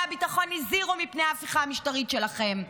הביטחון הזהירו מפני ההפיכה המשטרית שלכם,